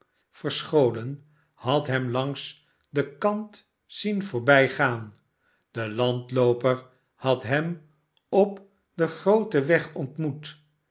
verscholen had hem langs den kant zien voorbngaan de landlooper had hem op den grooten weg ontmoef